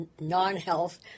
non-health